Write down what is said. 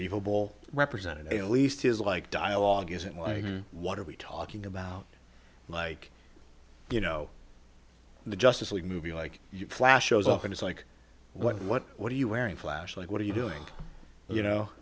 evil represented at least his like dialogue isn't like what are we talking about like you know the justice league movie like flash shows up and it's like what what what are you wearing flash like what are you doing you